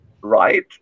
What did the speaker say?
right